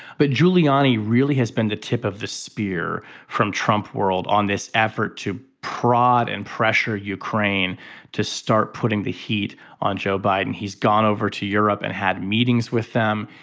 but giuliani really has been the tip of the spear from trump world on this effort to prod and pressure ukraine to start putting the heat on joe biden. he's gone over to europe and had meetings with them.